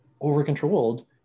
over-controlled